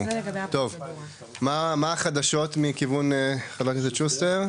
טוב, מה החדשות מכיוון חבר הכנסת שוסטר?